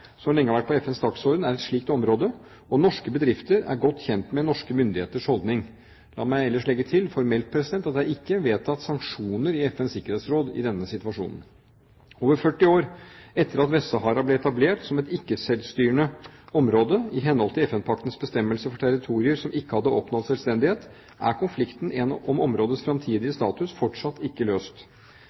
lenge har vært på FNs dagsorden, er et slikt område, og norske bedrifter er godt kjent med norske myndigheters holdning. La meg ellers legge til, formelt, at det ikke er vedtatt sanksjoner i FNs sikkerhetsråd i denne situasjonen. Over 40 år etter at Vest-Sahara ble etablert som et ikke-selvstyrende område i henhold til FN-paktens bestemmelser for territorier som ikke har oppnådd selvstendighet, er konflikten om områdets fremtidige status fortsatt ikke løst.